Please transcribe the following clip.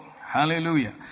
Hallelujah